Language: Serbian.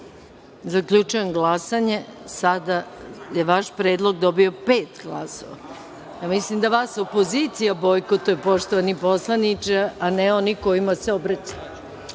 dobro? Zaključujem glasanje. Sada je vaš predlog dobio - pet glasova. Ja mislim da vas opozicija bojkotuje poštovani poslaniče a ne oni kojima se obraćate,